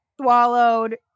swallowed